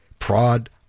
prod